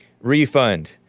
refund